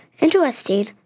interesting